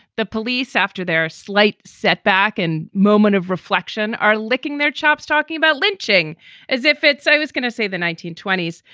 the police, after their slight setback and moment of reflection, are licking their chops, talking about lynching as if it's i was going to say the nineteen twenty s,